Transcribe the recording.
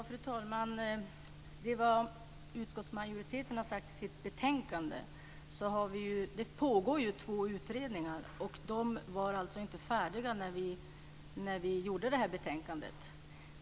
Fru talman! Det var vad utskottsmajoriteten har sagt i sitt betänkande. Det pågår ju två utredningar, och de var alltså inte färdiga när vi gjorde detta betänkande.